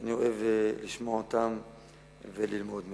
שאני אוהב לשמוע אותם וללמוד מהם.